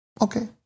Okay